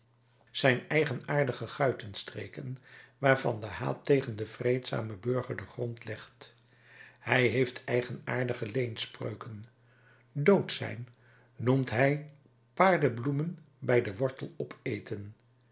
zijn eigenaardige guitenstreken waarvan de haat tegen den vreedzamen burger den grond legt hij heeft eigenaardige leenspreuken dood zijn noemt hij paardebloemen bij den wortel opeten